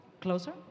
Closer